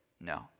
No